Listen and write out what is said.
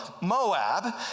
Moab